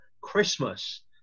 Christmas